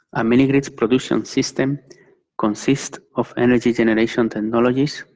a mini-grids production system consists of energy generation technologies,